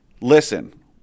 Listen